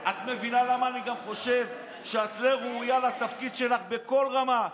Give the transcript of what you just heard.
את מבינה למה אני גם חושב שאת לא ראויה לתפקיד שלך בכל רמה,